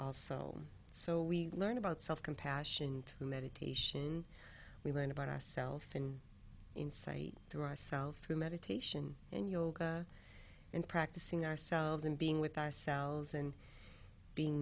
also so we learn about self compassion through meditation we learn about ourself and insight through ourselves through meditation and yoga and practicing ourselves and being with us cells and being